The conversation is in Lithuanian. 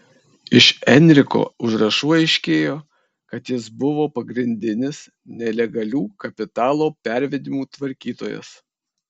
iš enriko užrašų aiškėjo kad jis buvo pagrindinis nelegalių kapitalo pervedimų tvarkytojas